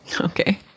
Okay